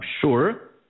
sure